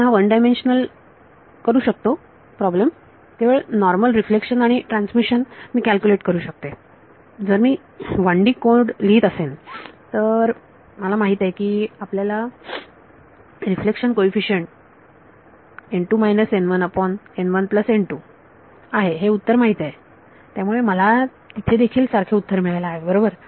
आपण हा 1 dimensional problem करू शकतो केवळ नॉर्मल रिफ्लेक्शन आणि ट्रांसमिशन मी कॅल्क्युलेट करू शकते जर मी 1D कोड लिहित असेन तर मला माहित आहे की आपल्याला रिफ्लेक्शन कोईफिशंट आहे हे उत्तर माहित आहे त्यामुळे मला तिथे देखील सारखे उत्तर मिळायला हवे बरोबर